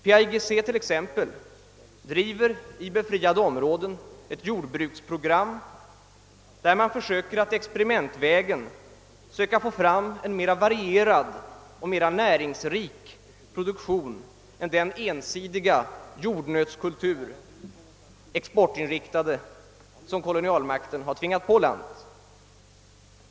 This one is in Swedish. PAIGC bedriver exempelvis i befriade områden ett jordbruksprogram, varmed man försöker att experimentvägen få fram en mera varierad och näringsrik produktion än den ensidiga exportinriktade jordnötskultur som kolonialmakten tvingat på landet.